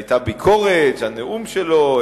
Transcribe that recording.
היתה ביקורת על הנאום שלו: